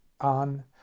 on